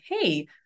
Hey